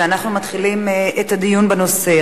אנחנו מתחילים את הדיון בנושא.